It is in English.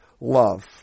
love